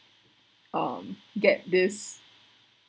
um get this